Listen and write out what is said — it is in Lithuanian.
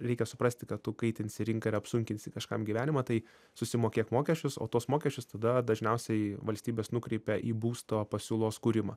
reikia suprasti kad tu kaitinsi rinką ir apsunkinsi kažkam gyvenimą tai susimokėk mokesčius o tuos mokesčius tada dažniausiai valstybės nukreipia į būsto pasiūlos kūrimą